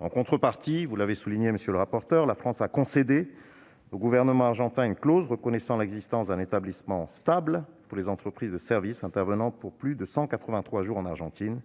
En contrepartie, la France a concédé au Gouvernement argentin une clause reconnaissant l'existence d'un établissement stable pour les entreprises de services intervenant plus de 183 jours en Argentine.